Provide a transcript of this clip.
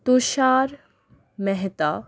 Tushar Mehta